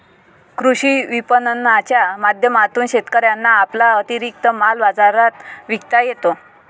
कृषी विपणनाच्या माध्यमातून शेतकऱ्यांना आपला अतिरिक्त माल बाजारात विकता येतो